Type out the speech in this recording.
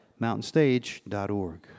mountainstage.org